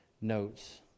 notes